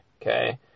okay